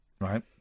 right